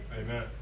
Amen